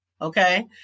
Okay